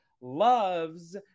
loves